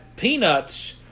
Peanuts